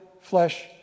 flesh